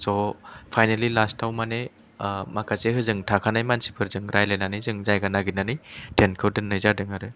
स' फाइनेलि लास्टाव माने ओ माखासे होजों थाखानाय मानसिफोरजों रायरानानै जों जायगा नागिरनानै टेन्ट खौ दोननाय जादों आरो